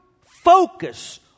focus